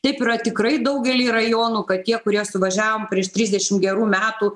taip yra tikrai daugely rajonų kad tie kurie suvažiavo prieš trisdešim gerų metų